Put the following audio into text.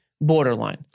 borderline